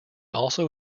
also